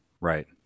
Right